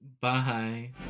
Bye